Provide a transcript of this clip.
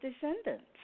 descendants